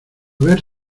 ver